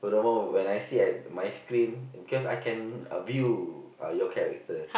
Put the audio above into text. furthermore when I sit at my screen because I can view uh your character